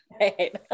right